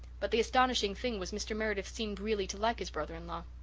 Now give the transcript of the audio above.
but the astonishing thing was mr. meredith seemed really to like his brother-in-law.